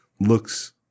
looks